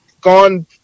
gone